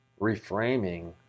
reframing